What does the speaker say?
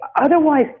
Otherwise